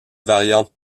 variante